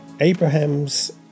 Abraham's